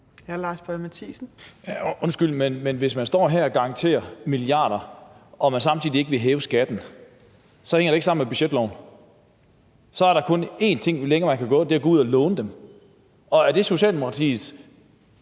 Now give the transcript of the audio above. hvis man står her og garanterer milliarder og man samtidig ikke vil hæve skatterne, så hænger det ikke sammen med budgetloven. Så er der kun én ting, man kan gøre, og det er at gå ud og låne dem. Og er det Socialdemokratiets